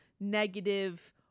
Negative